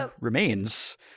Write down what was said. remains